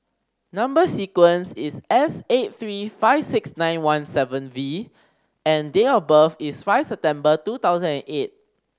number sequence is S eight three five six nine one seven V and date of birth is five September two thousand and eight